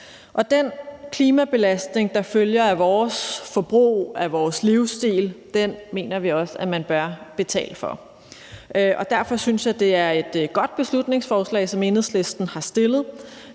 Den klimabelastning, der følger af forbruget af livsstilen, mener vi også at man bør betale for. Derfor synes jeg, det er et godt beslutningsforslag, som Enhedslisten har fremsat,